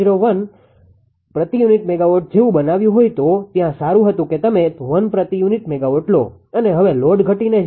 01 પ્રતિ unit megawatt જેવું બનાવ્યું હોય તો ત્યાં સારું હતું કે તમે 1 પ્રતિ યુનિટ મેગાવોટ લો અને હવે લોડ ઘટીને 0